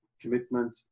commitment